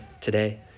today